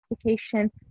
application